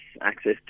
access